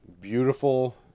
beautiful